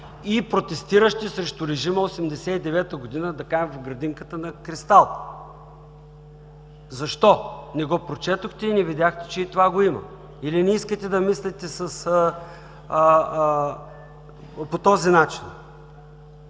и протестиращи срещу режима – 1989 г., да кажем, в градинката на „Кристал“. Защо не го прочетохте и не видяхте, че и това го има? Или не искате да мислите по този начин?